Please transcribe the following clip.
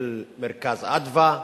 של "מרכז אדוה",